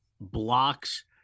Block's